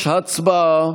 6. הצבעה.